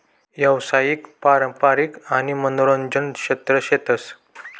यावसायिक, पारंपारिक आणि मनोरंजन क्षेत्र शेतस